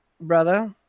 brother